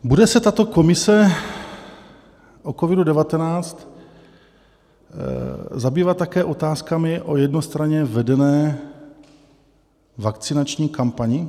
Bude se tato komise o COVIDu19 zabývat také otázkami o jednostranně vedené vakcinační kampani?